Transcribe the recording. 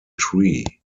tree